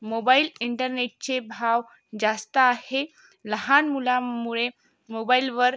mobile इंटरनेटचे भाव जास्त आहे लहान मुलांमुळे मोबाईलवर